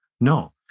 No